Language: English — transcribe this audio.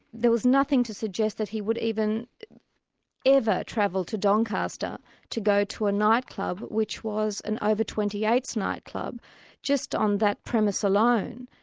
there was nothing to suggest that he would even ever travel to doncaster to go to a nightclub which was an over twenty eight s nightclub just on that premise alone,